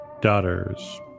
daughters